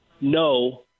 no